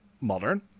modern